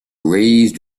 raised